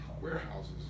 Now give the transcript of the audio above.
warehouses